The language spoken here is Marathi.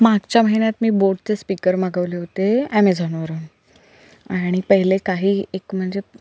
मागच्या महिन्यात मी बोटचे स्पिकर मागवले होते ॲमेझॉनवरून आणि पहिले काही एक म्हणजे